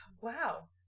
Wow